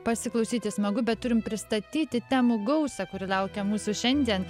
pasiklausyti smagu bet turim pristatyti temų gausą kuri laukia mūsų šiandien